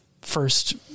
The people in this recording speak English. first